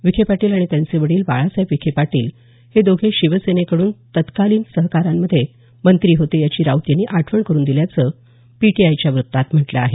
विखे पाटील आणि त्यांचे वडील बाळासाहेब विखे पाटील हे दोघे शिवसेनेकडून तत्कालीन सरकारांमध्ये मंत्री होते याची राऊत यांनी आठवण करून दिल्याचं पीटीआयच्या वृत्तात म्हटलं आहे